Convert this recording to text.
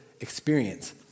experience